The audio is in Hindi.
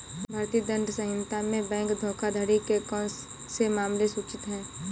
भारतीय दंड संहिता में बैंक धोखाधड़ी के कौन से मामले सूचित हैं?